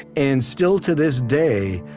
and still, to this day,